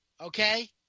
Okay